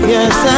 Yes